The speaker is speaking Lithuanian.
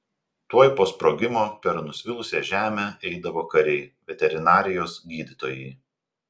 tuoj po sprogimo per nusvilusią žemę eidavo kariai veterinarijos gydytojai